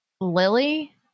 Lily